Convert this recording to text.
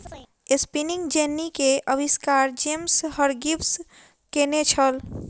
spinning jenny के आविष्कार James Hargreaves केने छला